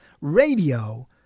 radio